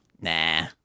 Nah